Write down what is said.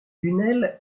lunel